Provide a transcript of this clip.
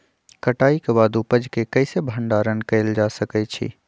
कटाई के बाद उपज के कईसे भंडारण कएल जा सकई छी?